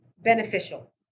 beneficial